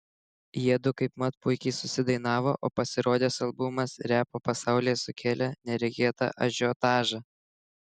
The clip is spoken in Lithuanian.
jiedu kaipmat puikiai susidainavo o pasirodęs albumas repo pasaulyje sukėlė neregėtą ažiotažą